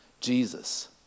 Jesus